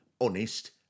honest